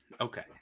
okay